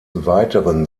weiteren